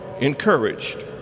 encouraged